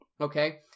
okay